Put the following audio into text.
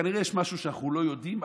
כנראה שיש משהו שאנחנו לא יודעים,